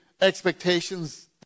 expectations